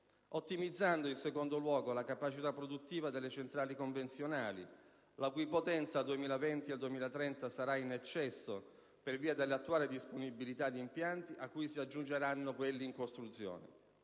ottimizzando, in secondo luogo, la capacità produttiva delle centrali convenzionali (la cui potenza al 2020-2030 sarà in eccesso per via dell'attuale disponibilità di impianti, cui si aggiungeranno quelli in costruzione),